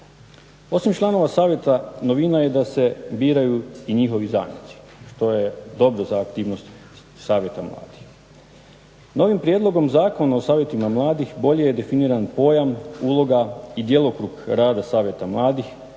Osim članova savjeta, novina je da se biraju i njihovi zamjenici što je dobro za aktivnost savjeta mladih. Novim Prijedlogom zakona o savjetima mladih bolje je definiran pojam, uloga i djelokrug rada savjeta mladih,